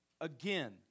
Again